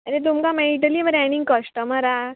आरे तुमकां मेळटली बरें आनीक कश्टमरां